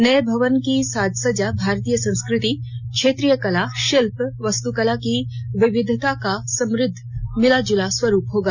नए भवन की सज्जा भारतीय संस्कृति क्षेत्रीय कला शिल्प वास्तुकला की विविधता का समृद्ध मिलाजुला स्वरूप होगा